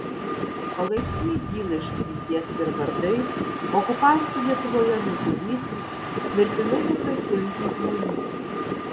palaipsniui dyla iš atminties ir vardai okupantų lietuvoje nužudytų mirtinai nukankintų žmonių